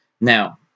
Now